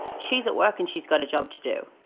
she's at work and she's got a job to do,